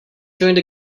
joined